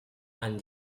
and